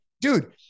dude